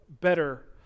better